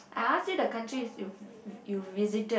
I ask you the countries you you've visited